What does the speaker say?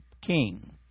king